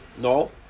No